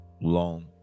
long